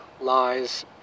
lies